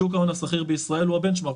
שוק ההון הסחיר בישראל הוא הבנצ'מארק,